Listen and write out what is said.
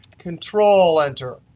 control enter,